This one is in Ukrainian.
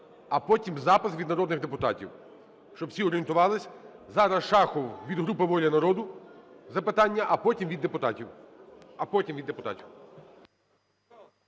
а потім запис від народних депутатів, щоб всі орієнтувались. Зараз Шахов від групи "Воля народу" запитання, а потім від депутатів.